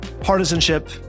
partisanship